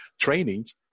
trainings